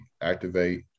activate